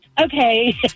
Okay